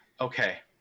Okay